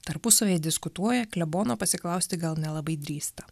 tarpusavyje diskutuoja klebono pasiklausti gal nelabai drįsta